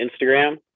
Instagram